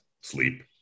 sleep